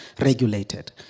regulated